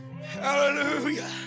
Hallelujah